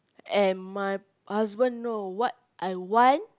and my husband know what I want